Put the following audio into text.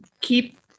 keep